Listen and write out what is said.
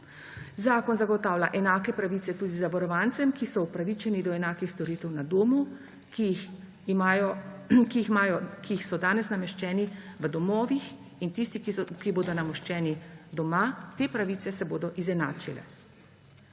Zakon zagotavlja enake pravice tudi zavarovancem, ki so opravičeni do enakih storitev na domu, ki jih imajo, ki so danes nameščeni v domovih in tisti, ki bodo nameščeni doma te pravice se bodo izenačile.